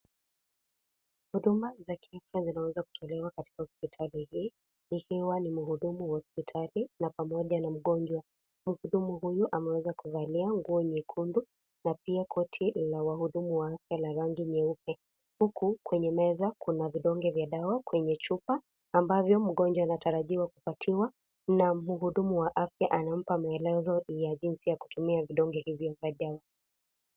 Huduma za kiafya zomeweza kutolewa katika hosiptali hii ikiwa ni muuvuzi pamoja na mgonjwa muhudumu huyu ameweza na pia koti wa waudumu wa afya la rangi nyeupe huku kwenye meza kuna vidonge vya dawa kwenye chupa ambavyo mgonjwa anatarajiwa kupatiwa na muhudumu wa afya anampa maelezo ya jinsi ya kutumia .